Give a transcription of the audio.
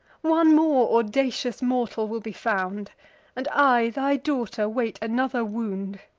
one more audacious mortal will be found and i, thy daughter, wait another wound.